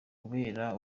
kubera